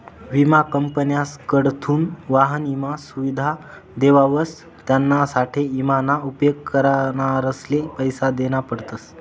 विमा कंपन्यासकडथून वाहन ईमा सुविधा देवावस त्यानासाठे ईमा ना उपेग करणारसले पैसा देना पडतस